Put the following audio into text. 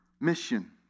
mission